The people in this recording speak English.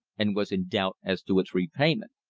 and was in doubt as to its repayment.